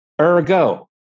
Ergo